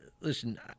listen